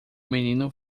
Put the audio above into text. menino